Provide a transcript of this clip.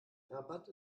rabat